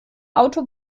auto